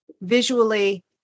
visually